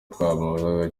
twamubazaga